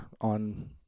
on